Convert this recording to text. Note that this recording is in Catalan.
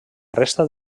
resta